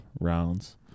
rounds